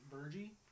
Virgie